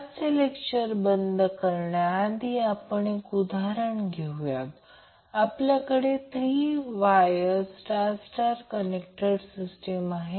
आजचे लेक्चर बंद करण्याआधी आपण एक उदाहरण घेऊया आपल्याकडे three wire star star connected system आहे